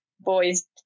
boys